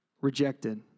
rejected